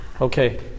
Okay